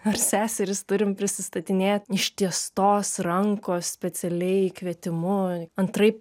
ar seserys turim prisistatinėti ištiestos rankos specialiai kvietimu antraip